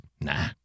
Nah